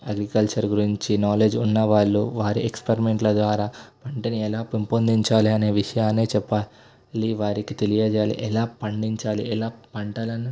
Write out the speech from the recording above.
agriculture గురించి knowledge ఉన్నవాళ్ళు వారి ఎక్స్పెరిమెంట్ల ద్వారా పంటని ఎలా పెంపొందించాలి అనే విషయాన్నే చెప్పాలి వారికి తెలియచేయాలి ఎలా పండించాలి ఎలా పంటలని